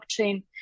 blockchain